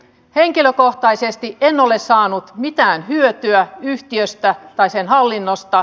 henkilökohtaisesti en ole saanut mitään hyötyä yhtiöstä tai sen hallinnosta